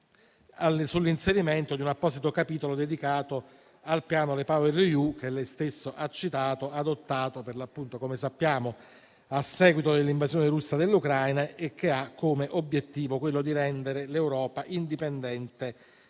sull'inserimento di un apposito capitolo dedicato al Piano REPowerEU che lei stesso ha citato, adottato a seguito dell'invasione russa dell'Ucraina e che ha come obiettivo rendere l'Europa indipendente